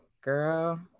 girl